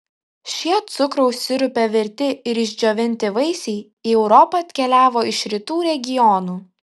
šie cukraus sirupe virti ir išdžiovinti vaisiai į europą atkeliavo iš rytų regionų